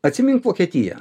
atsimink vokietiją